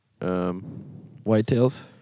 Whitetails